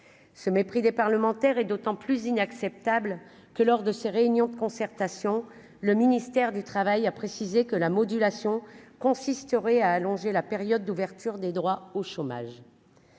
Ce mépris des parlementaires et d'autant plus inacceptable qui lors de ses réunions de concertation, le ministère du Travail a précisé que la modulation consisterait à allonger la période d'ouverture des droits au chômage,